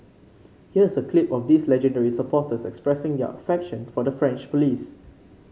here's a clip of these legendary supporters expressing their affection for the French police